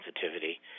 sensitivity